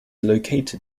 located